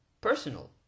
personal